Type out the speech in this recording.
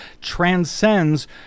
transcends